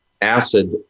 acid